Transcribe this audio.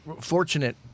fortunate